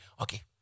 Okay